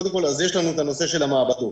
יש לנו את הנושא של המעבדות.